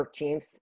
13th